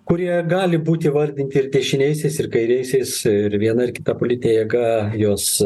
kurie gali būti įvardinti ir dešiniaisiais ir kairiaisiais ir viena ir kita politinė jėga juos